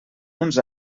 uns